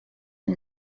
and